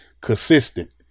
consistent